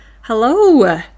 Hello